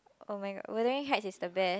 oh-my-god wuthering heights is the best